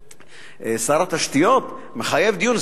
כלפי שר התשתיות מחייבים דיון,